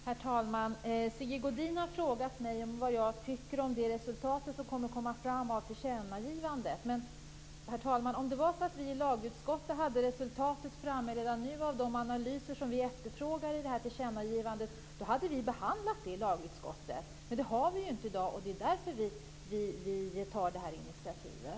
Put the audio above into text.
Herr talman! Sigge Godin har frågat mig vad jag tycker om det resultat som kommer att komma fram av tillkännagivandet. Men, herr talman, om vi i lagutskottet redan nu hade resultatet av de analyser vi efterfrågar i tillkännagivandet, då hade vi behandlat det i lagutskottet. I dag har vi inte det resultatet, och det är ju därför vi tar det här initiativet.